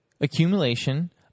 accumulation